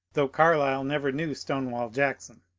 though carlyle never knew stonewau jackson.